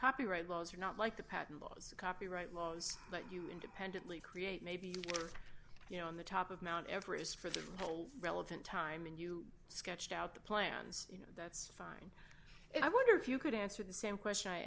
copyright laws are not like the patent laws copyright laws but you independently create maybe you know on the top of mt everest for the whole relevant time and you sketched out the plans you know that's fine and i wonder if you could answer the same question i